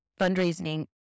fundraising